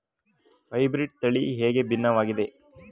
Hybrid ತಳಿ ಹೇಗೆ ಭಿನ್ನವಾಗಿದೆ?